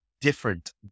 different